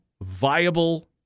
viable